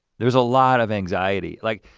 there's a lot of anxiety like,